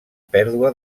pèrdua